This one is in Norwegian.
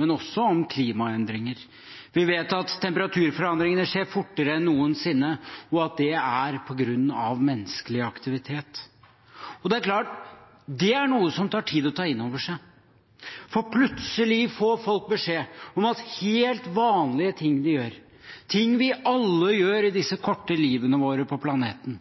men også om klimaendringer. Vi vet at temperaturforandringene skjer fortere enn noensinne, og at det er på grunn av menneskelig aktivitet. Det er klart at det er noe som tar tid å ta inn over seg. For plutselig får folk beskjed om at helt vanlige ting de gjør, ting vi alle gjør i disse korte livene våre på planeten,